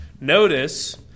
Notice